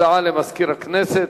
הודעה למזכיר הכנסת.